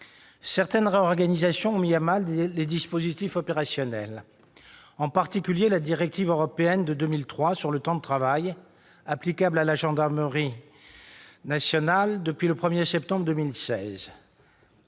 Certaines réorganisations ont mis à mal les dispositifs opérationnels. En particulier, la directive européenne de 2003 sur le temps de travail, applicable à la gendarmerie nationale depuis le 1 septembre 2016,